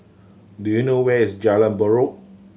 do you know where is Jalan Buroh